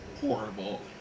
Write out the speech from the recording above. horrible